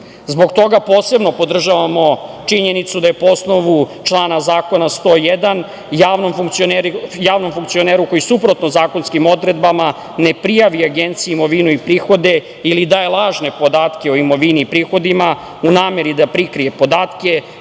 toga posebno podržavamo činjenicu da je po osnovu člana Zakona 101. javnom funkcioneru koji suprotno zakonskim odredbama ne prijavi Agenciji imovinu i prihode ili daje lažne podatke o imovini i prihodima u nameri da prikrije podatke